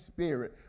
Spirit